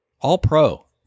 All-pro